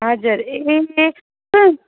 हजुर ए